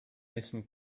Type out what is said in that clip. listened